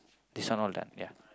this one all done ya